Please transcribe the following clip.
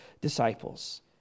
disciples